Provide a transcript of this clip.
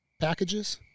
packages